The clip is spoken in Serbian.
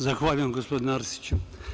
Zahvaljujem, gospodine Arsiću.